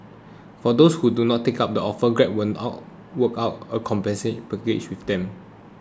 for those who do not take up the offer Grab will work out a compensation package with them